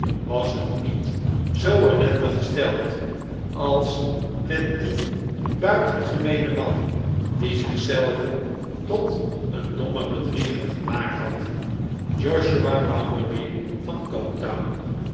was het niet zoo ellendig gesteld als met dien buitengemeenen man die zich zelven tot een dommen bedrieger gemaakt had josiah bounderby van